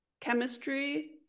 chemistry